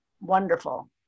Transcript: wonderful